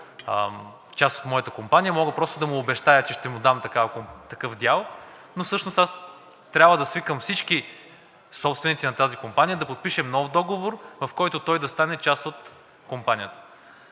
част от моята компания, мога просто да му обещая, че ще му дам такъв дял, но всъщност трябва да свикам всички собственици да подпишем нов договор, в който той да стане част от компанията.